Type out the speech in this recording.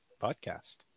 podcast